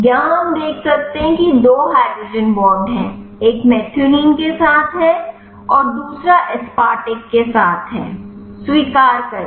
यहाँ हम देख सकते हैं कि दो हाइड्रोजन बॉन्ड हैं एक मेथिओनिन के साथ है और दूसरा एस्पार्टिक के साथ है स्वीकार करें